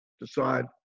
decide